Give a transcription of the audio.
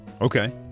Okay